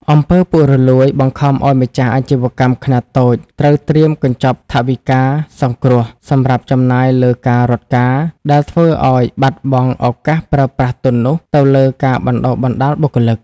អំពើពុករលួយ បង្ខំឱ្យម្ចាស់អាជីវកម្មខ្នាតតូចត្រូវត្រៀម "កញ្ចប់ថវិកាសង្គ្រោះ" សម្រាប់ចំណាយលើការរត់ការ ដែលធ្វើឱ្យបាត់បង់ឱកាសប្រើប្រាស់ទុននោះទៅលើការបណ្ដុះបណ្ដាលបុគ្គលិក។